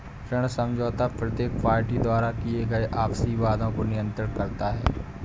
ऋण समझौता प्रत्येक पार्टी द्वारा किए गए आपसी वादों को नियंत्रित करता है